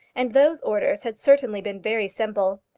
and those orders had certainly been very simple.